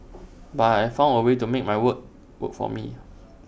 but I found A way to make my weight work for me